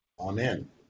Amen